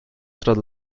tras